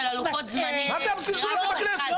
מה זה הזלזול הזה בכנסת?